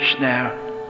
now